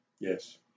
Yes